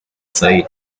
sei